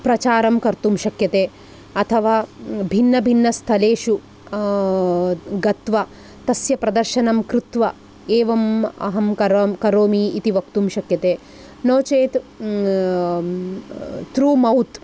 प्रचारं कर्तुं शक्यते अथवा भिन्न भिन्नस्थलेषु गत्वा तस्य प्रदर्शनं कृत्वा एवम् अहं कर् करोमि इति वक्तुं शक्यते नो चेत् थ्रु मौथ्